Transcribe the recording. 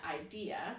idea